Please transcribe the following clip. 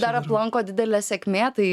dar aplanko didelė sėkmė tai